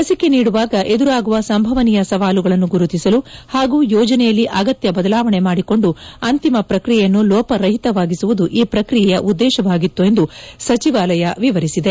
ಲಸಿಕೆ ನೀಡುವಾಗ ಎದುರಾಗುವ ಸಂಭವನೀಯ ಸವಾಲುಗಳನ್ನು ಗುರುತಿಸಲು ಹಾಗೂ ಯೋಜನೆಯಲ್ಲಿ ಅಗತ್ಯ ಬದಲಾವಣೆ ಮಾಡಿಕೊಂಡು ಅಂತಿಮ ಪ್ರಕ್ರಿಯೆಯನ್ನು ಲೋಪ ರಹಿತವಾಗಿಸುವುದು ಈ ಪ್ರಕ್ರಿಯೆಯ ಉದ್ದೇಶವಾಗಿತ್ತು ಎಂದು ಸಚಿವಾಲಯ ವಿವರಿಸಿದೆ